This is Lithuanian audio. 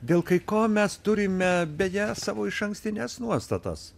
dėl kai ko mes turime beje savo išankstines nuostatas